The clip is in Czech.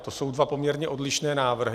To jsou dva poměrně odlišné návrhy.